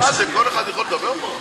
מהמחנה הציוני, שביקש להגיב מן המקום.